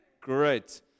Great